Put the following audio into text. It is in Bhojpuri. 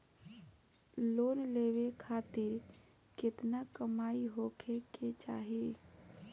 लोन लेवे खातिर केतना कमाई होखे के चाही?